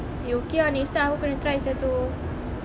eh okay ah next time aku kena try sia tu